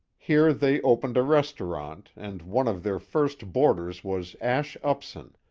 here they opened a restaurant, and one of their first boarders was ash upson,